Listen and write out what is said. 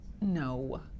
No